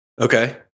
Okay